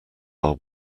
our